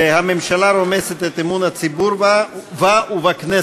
הממשלה רומסת את אמון הציבור בה ובכנסת.